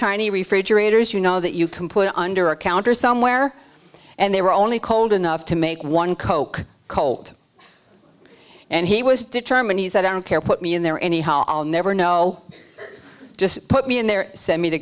tiny refrigerators you know that you can put under a counter somewhere and they were only cold enough to make one coke cold and he was determined he said i don't care put me in there anyhow i'll never know just put me in there send me t